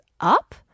up